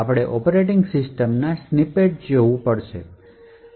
આપણે ઑપરેટિંગ સિસ્ટમના સ્નિપેટ્સ જોવું પડશે